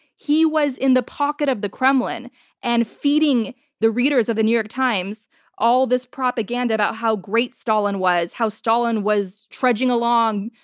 he was in the pocket of the kremlin and feeding the readers of the new york times all this propaganda about how great stalin was, how stalin was trudging along,